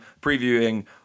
previewing